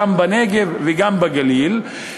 גם בנגב וגם בגליל,